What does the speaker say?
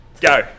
go